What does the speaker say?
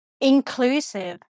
inclusive